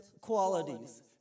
qualities